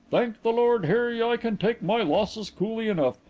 thank the lord harry, i can take my losses coolly enough,